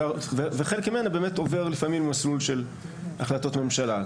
וחלק ממנה באמת עובר לפעמים מסלול של החלטות ממשלה.